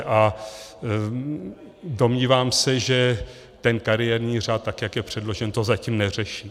A domnívám se, že kariérní řád, tak jak je předložen, to zatím neřeší.